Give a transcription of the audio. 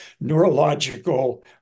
neurological